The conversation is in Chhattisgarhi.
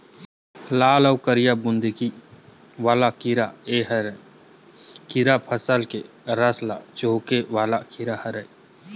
लाल अउ करिया बुंदकी वाला कीरा ए ह कीरा फसल के रस ल चूंहके वाला कीरा हरय